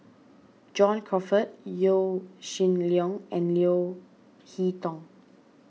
John Crawfurd Yaw Shin Leong and Leo Hee Tong